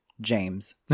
James